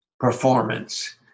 performance